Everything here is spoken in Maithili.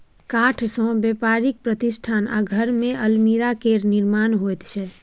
काठसँ बेपारिक प्रतिष्ठान आ घरमे अलमीरा केर निर्माण होइत छै